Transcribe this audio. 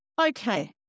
Okay